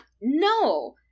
no